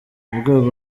murwego